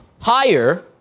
higher